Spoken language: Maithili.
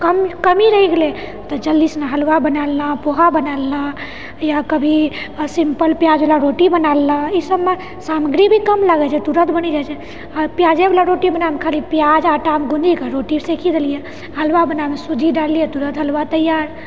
कम कमी रहि गेलै जल्दीसँ हलवा बनै लेलहुँ पोहा बनै लेलहुँ या कभी सिम्पल प्याज बला रोटी बना लेलहुँ ई सभमे सामग्री भी कम लगै छै तुरत बनि जाइ छै आर प्याजे वला रोटी बनएमे खाली प्याज आटामे गुनी रोटी सेकी देलियै हलवा बनाना सूजी डाललियै तुरत हलवा तैयार